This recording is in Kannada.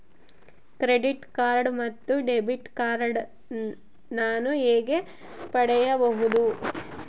ಕ್ರೆಡಿಟ್ ಕಾರ್ಡ್ ಮತ್ತು ಡೆಬಿಟ್ ಕಾರ್ಡ್ ನಾನು ಹೇಗೆ ಪಡೆಯಬಹುದು?